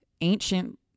ancient